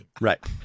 right